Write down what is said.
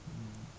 mm